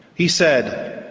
he said,